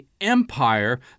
empire